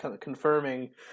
confirming